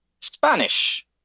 Spanish